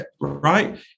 right